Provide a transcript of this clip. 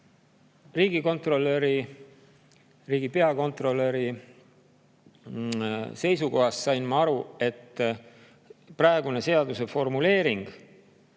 riigikontrolöri, riigi peakontrolöri seisukohast sain ma aru, et praegune seaduse formuleering,